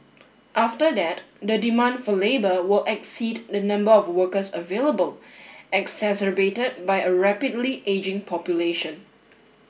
after that the demand for labour will exceed the number of workers available exacerbated by a rapidly ageing population